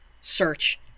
search